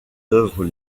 œuvres